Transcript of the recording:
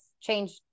change